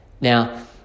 now